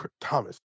Thomas